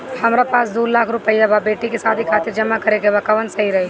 हमरा पास दू लाख रुपया बा बेटी के शादी खातिर जमा करे के बा कवन सही रही?